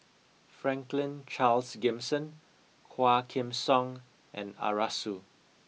Franklin Charles Gimson Quah Kim Song and Arasu